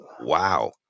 wow